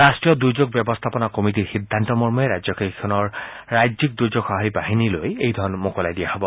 ৰাষ্ট্ৰীয় দুৰ্যোগ ব্যৱস্থাপনা কমিটিৰ সিদ্ধান্তমৰ্মে ৰাজ্যকেইখনৰ ৰাজ্যিক দুৰ্যোগ সঁহাৰি বাহিনীলৈ এই ধন মোকলাই দিয়া হ'ব